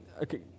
okay